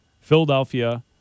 Philadelphia